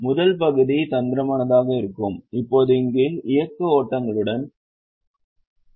முதல் பகுதி தந்திரமானதாக இருக்கும் இப்போது இங்கே இயக்க ஓட்டங்களுடன் தொடங்குகிறோம்